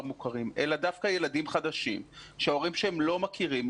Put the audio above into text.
מוכרים אלא דווקא ילדים חדשים שההורים שלהם לא מכירים,